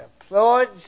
applauds